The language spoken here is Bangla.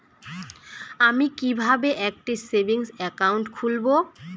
আমি কিভাবে একটি সেভিংস অ্যাকাউন্ট খুলব?